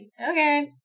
okay